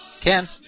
Ken